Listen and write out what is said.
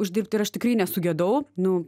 uždirbti ir aš tikrai nesugedau nu